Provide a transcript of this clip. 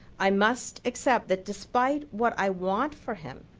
i must accept that despite what i want for him,